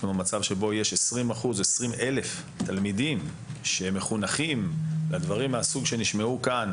מצב שבו יש 20 אלף תלמידים שמחונכים לדברים מהסוג שנשמעו כאן,